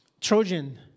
Trojan